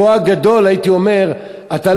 שהייתי אומר שאת חלקו הגדול,